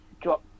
drop